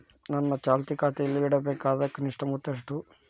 ನನ್ನ ಚಾಲ್ತಿ ಖಾತೆಯಲ್ಲಿಡಬೇಕಾದ ಕನಿಷ್ಟ ಮೊತ್ತ ಎಷ್ಟು?